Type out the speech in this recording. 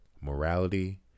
morality